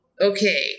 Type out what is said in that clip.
Okay